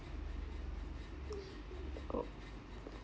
oh